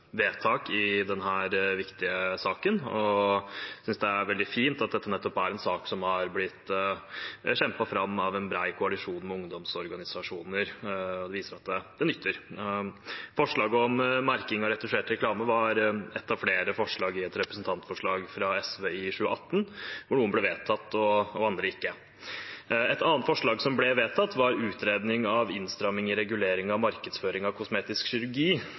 vedtak i denne viktige saken. Jeg synes det er veldig fint at nettopp dette er en sak som er blitt kjempet fram av en bred koalisjon av ungdomsorganisasjoner. Det viser at det nytter. Forslaget om merking av retusjert reklame var ett av flere forslag i et representantforslag fra SV i 2018, hvor noen ble vedtatt og andre ikke. Et annet forslag som ble vedtatt, var utredning av innstramming i reguleringen av markedsføring av kosmetisk